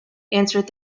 answered